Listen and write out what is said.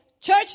church